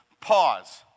Pause